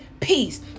peace